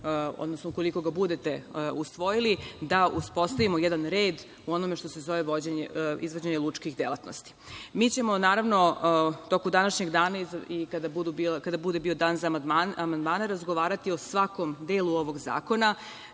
ukoliko ga budete usvoji, da uspostavimo jedan red u onome što se zove izvođenje lučkih delatnosti. Mi ćemo, naravno, u toku današnjeg dana i kada bude bio dan za amandmane razgovarati o svakom delu ovog zakona.